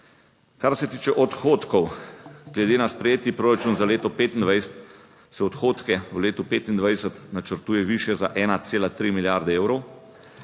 Kar se tiče odhodkov glede na sprejeti proračun za leto 2025 se odhodke v letu 2025 načrtuje višje za 1,3 milijarde evrov.